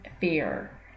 fear